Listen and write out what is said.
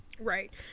right